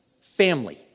family